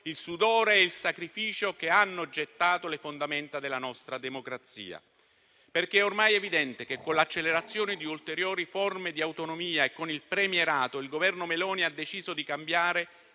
il sudore e il sacrificio che hanno gettato le fondamenta della nostra democrazia. È infatti ormai evidente che, con l'accelerazione di ulteriori forme di autonomia e con il premierato, il Governo Meloni ha deciso di cambiare